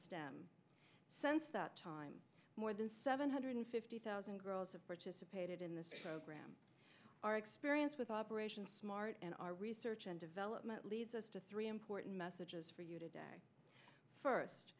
stem since that time more than seven hundred fifty thousand girls have participated in the ram our experience with operation smart and our research and development leads us to three important messages for you today first